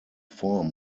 form